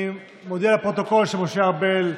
אני מודיע לפרוטוקול שמשה ארבל,